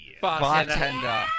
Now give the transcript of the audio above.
Bartender